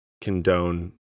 condone